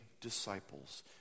disciples